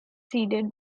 seeded